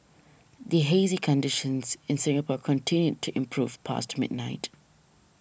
the hazy conditions in Singapore continued to improve past midnight